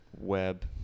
web